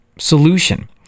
solution